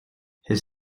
his